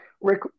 Rick